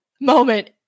moment